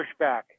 pushback